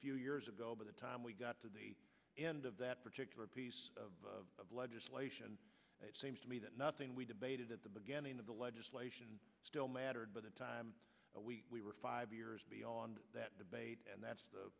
few years ago by the time we got to the end of that particular piece of legislation it seems to me that nothing we debated at the beginning of the legislation still mattered by the time we were five years beyond that debate and that's the